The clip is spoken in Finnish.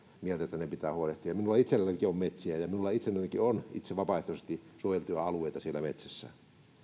mieltä että niistä pitää huolehtia minulla itsellänikin on metsiä ja minulla itsellänikin on vapaaehtoisesti suojeltuja alueita siellä metsässä